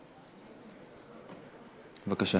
בבקשה.